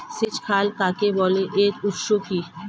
সেচ খাল কাকে বলে এর উৎস কি?